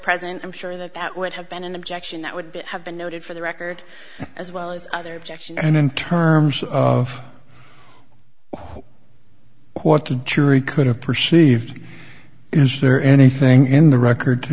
present i'm sure that that would have been an objection that would have been noted for the record as well as other objection and in terms of what the jury could have perceived is there anything in the record to